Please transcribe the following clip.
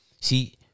See